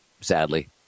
sadly